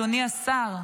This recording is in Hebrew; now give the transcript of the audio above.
אדוני השר,